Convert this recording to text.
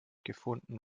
gefunden